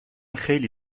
خیلی